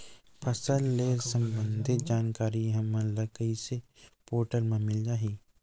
फसल ले सम्बंधित जानकारी हमन ल ई पोर्टल म मिल जाही का?